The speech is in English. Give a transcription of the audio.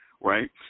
right